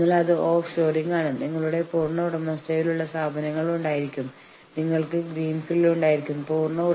അതിനാൽ ജീവനക്കാർക്ക് അതിനുള്ള അവസരമുണ്ടാകുന്നതിന് മുമ്പ് നിങ്ങൾ ഫാക്ടറി അടച്ചുപൂട്ടുന്നു